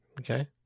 Okay